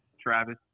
Travis